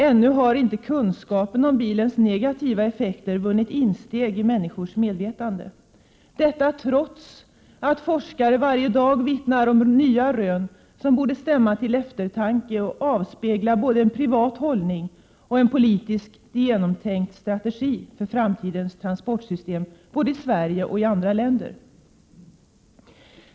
Ännu har inte kunskapen om bilens negativa effekter vunnit insteg i människors medvetande — detta trots att forskare varje dag vittnar om nya rön, som borde stämma till eftertanke och avspegla både en privat hållning och en politiskt genomtänkt strategi för framtidens transportsystem, både i Sverige och i andra länder.